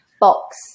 box